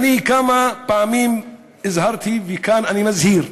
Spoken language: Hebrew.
כמה פעמים הזהרתי, וכאן אני מזהיר: